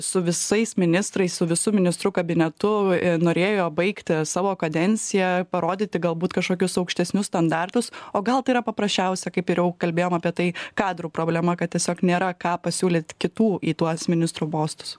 su visais ministrais su visu ministrų kabinetu norėjo baigti savo kadenciją parodyti galbūt kažkokius aukštesnius standartus o gal tai yra paprasčiausia kaip ir jau kalbėjom apie tai kadrų problema kad tiesiog nėra ką pasiūlyt kitų į tuos ministrų bostus